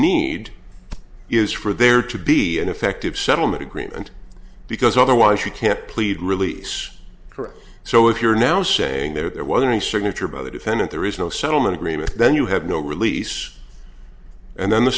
need is for there to be an effective settlement agreement because otherwise you can't plead release for so if you're now saying that there wasn't a signature by the defendant there is no settlement agreement then you have no release and then the